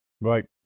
Right